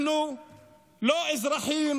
אנחנו לא אזרחים